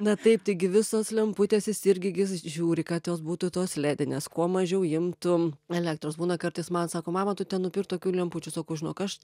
na taip taigi visos lemputės jis irgi žiūri kad jos būtų tos ledinės kuo mažiau imtų elektros būna kartais man sako mama tu ten nupirk tokių lempučių sakau žinok aš